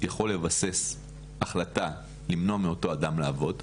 יכול לבסס החלטה למנוע מאותו אדם לעבוד,